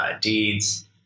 deeds